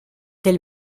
del